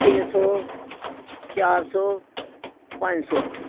ਤਿੰਨ ਸੌ ਚਾਰ ਸੌ ਪੰਜ ਸੌ